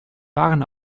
waren